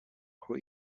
who